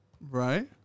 Right